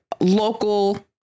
local